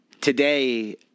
today